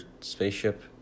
spaceship